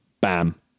bam